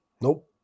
Nope